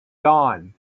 dawn